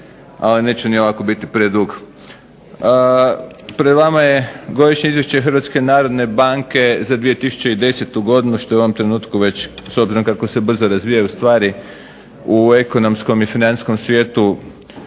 ali neću ni ovako biti predug. Pred vama je Godišnje izvješće Hrvatske narodne banke za 2010. godinu što je u ovom trenutku već s obzirom kako se brzo razvijaju stvari u ekonomskom i financijskom svijetu